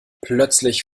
plötzlich